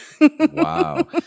wow